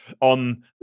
on